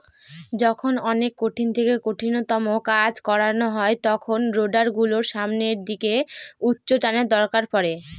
যখন অনেক কঠিন থেকে কঠিনতম কাজ করানো হয় তখন রোডার গুলোর সামনের দিকে উচ্চটানের দরকার পড়ে